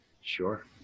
sure